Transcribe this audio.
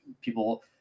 people